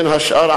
בין השאר,